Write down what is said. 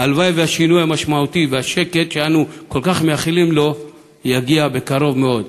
הלוואי שהשינוי המשמעותי והשקט שאנו כל כך מייחלים לו יגיע בקרוב מאוד.